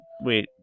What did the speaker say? Wait